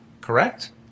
correct